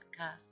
podcast